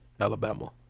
Alabama